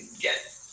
get